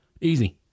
Easy